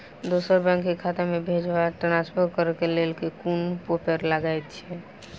दोसर बैंक केँ खाता मे भेजय वा ट्रान्सफर करै केँ लेल केँ कुन पेपर लागतै?